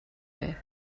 байв